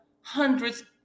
hundreds